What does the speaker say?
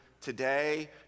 today